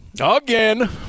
Again